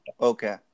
Okay